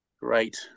Great